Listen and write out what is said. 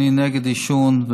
אני נגד עישון,